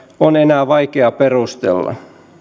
on enää vaikea perustella